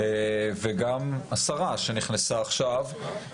האם מותר לשרה לעשות את זה או לא?